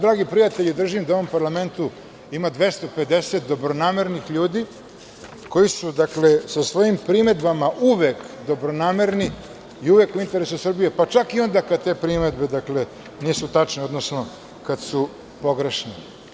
Dragi prijatelji, držim da u ovom parlamentu ima 250 dobronamernih ljudi koji su sa svojim primedbama uvek dobronamerni i uvek u interesu Srbije, pa čak i onda kada te primedbe nisu tačne, kada su pogrešne.